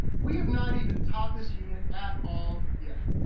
we have not even taught this unit at all yet.